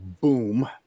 boom